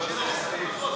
לא, זה פחות,